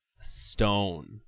stone